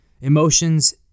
emotions